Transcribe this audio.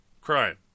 crime